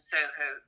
Soho